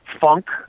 funk